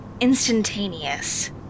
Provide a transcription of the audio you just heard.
instantaneous